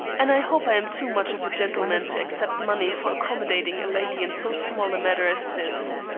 and i hope i am too much of a gentleman to accept money for accommodating a lady in so small a matter as this.